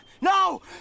No